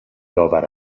داور